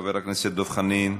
חבר הכנסת דב חנין.